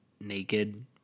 naked